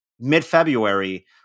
mid-February